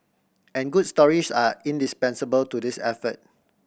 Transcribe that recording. and good stories are indispensable to this effort